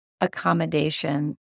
accommodation